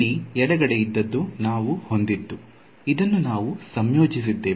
ಇಲ್ಲಿ ಎಡಗಡೆ ಇದದ್ದು ನಾವು ಹೊಂದಿದ್ದು ಇದನ್ನು ನಾವು ಸಂಯೋಜಿಸಿದ್ದೇವೆ